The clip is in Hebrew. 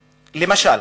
למשל,